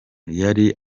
yari